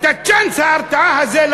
את צ'אנס ההרתעה הזה,